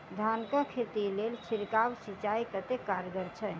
धान कऽ खेती लेल छिड़काव सिंचाई कतेक कारगर छै?